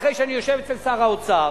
אחרי שאני יושב אצל שר האוצר.